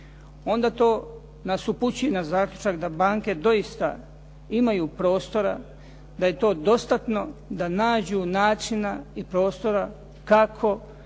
onda to nas upućuje na zaključak da banke dosita imaju prostora, da je to dostatno da nađu načina i prostora kako